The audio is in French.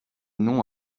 non